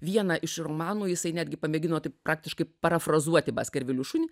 vieną iš romanų jisai netgi pamėgino taip praktiškai parafrazuoti baskarvilių šunį